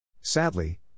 Sadly